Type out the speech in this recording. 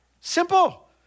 Simple